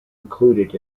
included